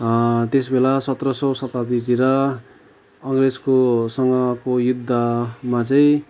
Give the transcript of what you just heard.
अनि त्यसबेला सत्र सौ शताब्दीतिर अङ्ग्रेजको सँगको युद्धमा चाहिँ